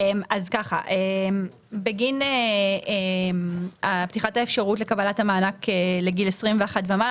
אז בגין פתיחת האפשרות לקבלת המענק לגיל 21 ומעלה,